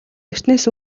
эртнээс